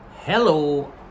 Hello